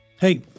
Hey